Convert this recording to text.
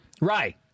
Right